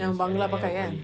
yang bangladesh pakai kan